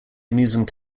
amusing